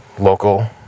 local